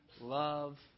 love